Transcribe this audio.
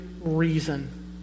reason